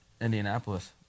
Indianapolis